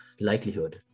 likelihood